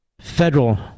federal